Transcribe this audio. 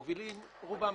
רובם של המובילים בסדר.